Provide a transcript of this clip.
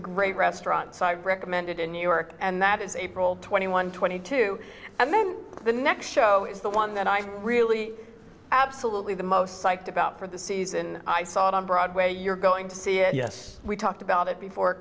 a great restaurant recommended in new york and that is april twenty one twenty two and then the next show is the one that i really absolutely the most psyched about for the season i saw it on broadway you're going to see it yes we talked about it before